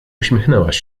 uśmiechnęłaś